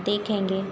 देखेंगे